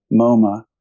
MoMA